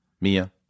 Mia